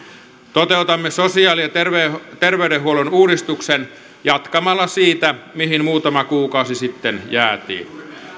toteutamme sosiaali ja terveydenhuollon uudistuksen jatkamalla siitä mihin muutama kuukausi sitten jäätiin